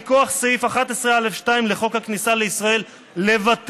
מכוח סעיף 11(א)(2) לחוק הכניסה לישראל,